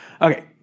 Okay